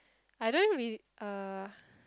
I don't re~ uh